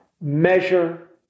measure